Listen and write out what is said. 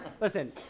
listen